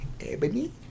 Ebony